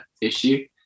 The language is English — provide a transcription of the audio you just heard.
issue